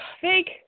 fake